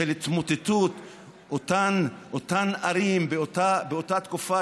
של התמוטטות אותן ערים באותה תקופה,